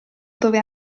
dove